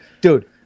dude